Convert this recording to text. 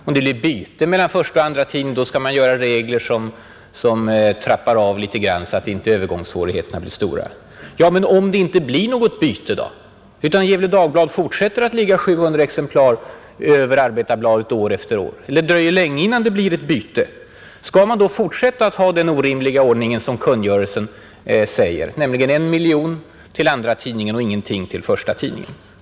Om det blir ett byte mellan förstaoch andratidningar, skall man göra regler som trappar av litet, så att inte övergångssvårigheterna blir för stora. Men om det inte blir något byte utan Gefle Dagblad fortsätter att ligga 700 exemplar över Arbetarbladet år efter år? Eller om det dröjer länge innan det blir ett byte? Skall man då fortsätta att ha den orimliga ordning som kungörelsen här säger, nämligen 1 miljon kronor till andratidningen och ingenting till förstatidningen?